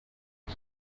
bwe